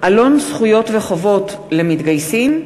עלון זכויות וחובות למתגייסים),